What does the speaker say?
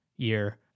year